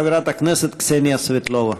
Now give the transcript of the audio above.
חברת הכנסת קסניה סבטלובה.